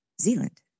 Zealand